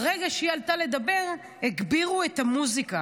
ברגע שהיא עלתה לדבר, הגבירו את המוזיקה.